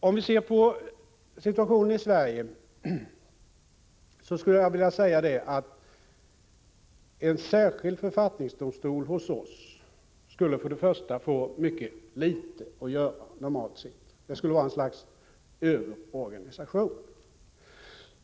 När det gäller situationen i Sverige vill jag först säga att en särskild författningsdomstol här i landet skulle få litet att göra normalt sett. Det skulle bli ett slags överorganisation.